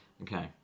Okay